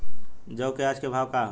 जौ क आज के भाव का ह?